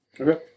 Okay